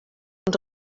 und